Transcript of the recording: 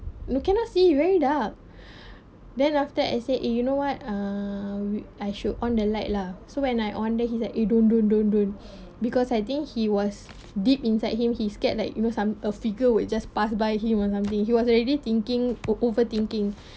we cannot see very dark then after I say eh you know what err we I should on the light lah so when I on then he said eh don't don't don't don't because I think he was deep inside him he scared like you know some a figure will just pass by him or something he was already thinking o~ overthinking